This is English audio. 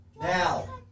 now